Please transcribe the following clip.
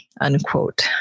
unquote